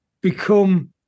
become